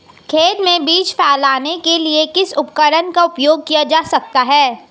खेत में बीज फैलाने के लिए किस उपकरण का उपयोग किया जा सकता है?